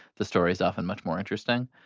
the story's often much more interesting.